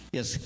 Yes